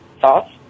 sauce